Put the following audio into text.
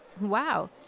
Wow